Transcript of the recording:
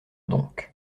donc